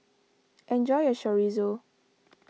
enjoy your Chorizo